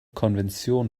konvention